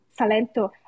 Salento